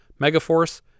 Megaforce